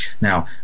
Now